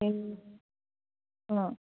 ए अँ